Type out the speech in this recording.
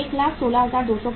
116250